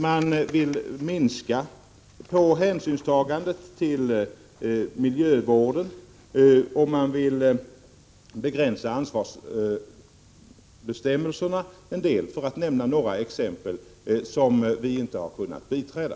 Man vill minska på hänsynstagandet till miljövården och begränsa ansvarsbestämmelserna, för att nämna några exempel som vi inte har kunnat biträda.